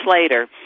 later